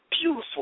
beautiful